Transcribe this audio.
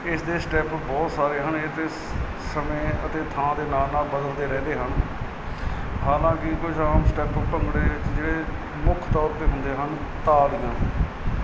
ਇਸ ਦੇ ਸਟੈਪ ਬਹੁਤ ਸਾਰੇ ਹਨ ਇਹ ਤਾਂ ਸਮੇਂ ਅਤੇ ਥਾਂ ਦੇ ਨਾਲ ਨਾਲ ਬਦਲਦੇ ਰਹਿੰਦੇ ਹਨ ਹਾਲਾਂਕਿ ਕੁਝ ਆਮ ਸਟੈਪ ਭੰਗੜੇ ਵਿੱਚ ਜਿਹੜੇ ਮੁੱਖ ਤੌਰ 'ਤੇ ਹੁੰਦੇ ਹਨ ਤਾੜੀਆਂ